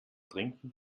trinken